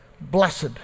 blessed